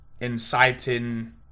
inciting